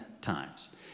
times